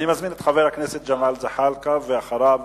אני מזמין את חבר הכנסת ג'מאל זחאלקה, ואחריו,